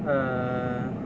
err